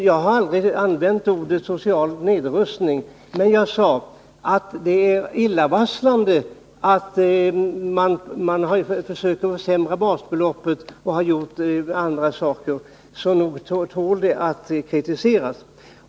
Jag har aldrig använt orden ”social nedrustning”, fru Holm, men jag sade att det är illavarslande att man försöker försämra basbeloppet och har gjort andra saker som går att kritisera.